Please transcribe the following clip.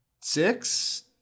Six